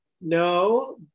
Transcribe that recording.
no